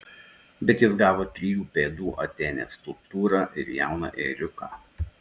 bet jis gavo trijų pėdų atėnės skulptūrą ir jauną ėriuką